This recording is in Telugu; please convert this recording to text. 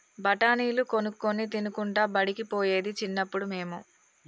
బఠాణీలు కొనుక్కొని తినుకుంటా బడికి పోయేది చిన్నప్పుడు మేము